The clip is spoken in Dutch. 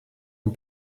een